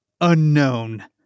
unknown